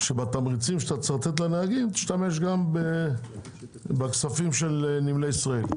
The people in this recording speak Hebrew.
שבתמריצים שאתה רוצה לתת לנהגים תשתמש גם בכספים של נמלי ישראל.